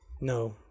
No